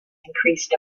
increased